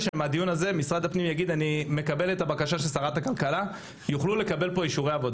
על פי מדיניות משרד הפנים גם עד כה, של זכאי חוק